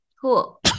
cool